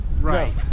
Right